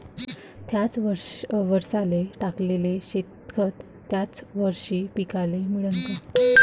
थ्याच वरसाले टाकलेलं शेनखत थ्याच वरशी पिकाले मिळन का?